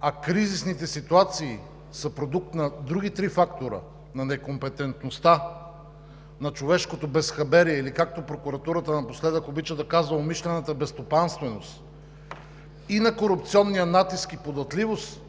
а кризисните ситуации са продукт на други три фактора – на некомпетентността, на човешкото безхаберие, или както прокуратурата напоследък обича да казва „умишлената безстопанственост“, и на корупционния натиск и податливост,